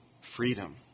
Freedom